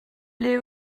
ble